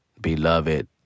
beloved